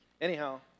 Anyhow